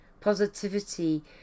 positivity